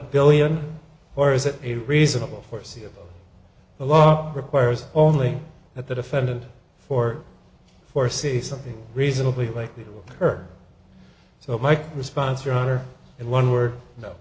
billion or is it a reasonable force a lot requires only at the defendant for foresee something reasonably likely hurt so mike response your honor in one word no